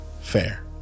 fair